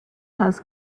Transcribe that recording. has